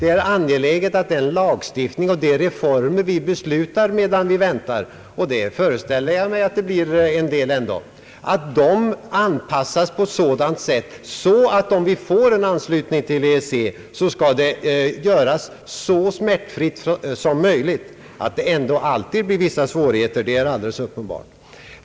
Det är angeläget att den lagstiftning och de reformer vi beslutar medan vi väntar — och jag föreställer mig att det blir en del — anpassas på ett sådant sätt, att en eventuell anslutning till EEC sker så smärtfritt som möjligt. Att det ändå alltid blir vissa svårigheter är alldeles uppenbart.